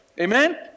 Amen